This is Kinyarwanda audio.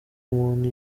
umuntu